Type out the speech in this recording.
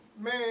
Man